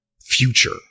future